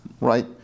right